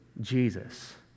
Jesus